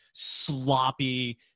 sloppy